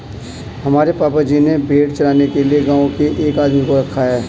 हमारे पापा जी ने भेड़ चराने के लिए गांव के एक आदमी को रखा है